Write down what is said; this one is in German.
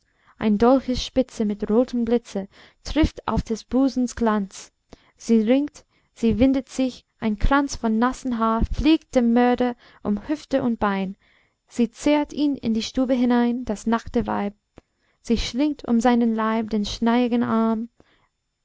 eines dolches spitze mit rotem blitze trifft auf des busens glanz sie ringt sie windet sich ein kranz von nassen haaren fliegt dem mörder um hüfte und bein sie zerrt ihn in die stube hinein das nackte weib sie schlingt um seinen leib den schneeigen arm